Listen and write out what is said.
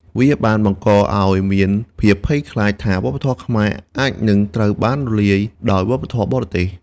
វាបានបង្កឱ្យមានភាពភ័យខ្លាចថាវប្បធម៌ខ្មែរអាចនឹងត្រូវបានរំលាយដោយវប្បធម៌បរទេស។